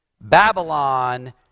Babylon